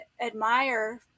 admire